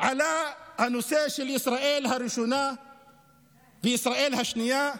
עלה הנושא של ישראל הראשונה וישראל השנייה,